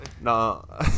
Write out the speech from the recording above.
No